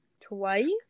twice